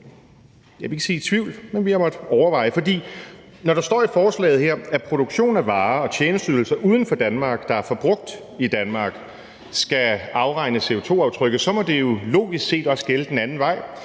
jeg vil ikke sige i tvivl, men vi har måttet overveje det. For når der står i forslaget her, at man i produktionen af varer og tjenesteydelser uden for Danmark, der er forbrugt i Danmark, skal afregne CO2-aftrykket, må det jo logisk set også gælde den anden vej,